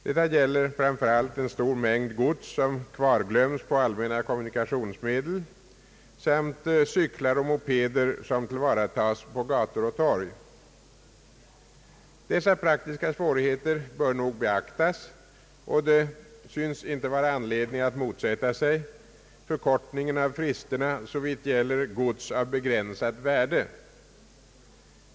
Detta gäller framför allt en stor mängd gods som kvarglöms på allmänna kommunikationsmedel samt cyklar och mopeder som tillvaratas på gator och torg. Dessa praktiska svårigheter bör nog beaktas, och det synes inte vara anledning att motsätta sig förkortningen av fristerna, såvitt gäller gods av begränsat värde.